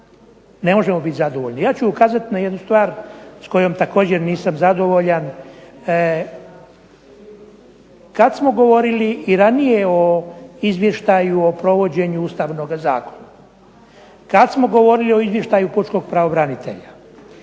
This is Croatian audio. ne možemo biti zadovoljni. Ja ću ukazati na jednu stvar s kojom također nisam zadovoljan. Kada smo govorili i ranije o Izvještaju o provođenju Ustavnog zakona kada smo govorili o Izvještaju Pučkog pravobranitelja,